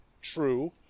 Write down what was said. true